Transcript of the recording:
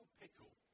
pickle